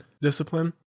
discipline